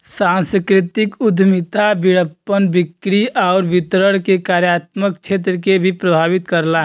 सांस्कृतिक उद्यमिता विपणन, बिक्री आउर वितरण के कार्यात्मक क्षेत्र के भी प्रभावित करला